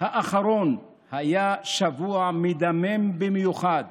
האחרון היה שבוע מדמם במיוחד